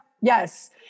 Yes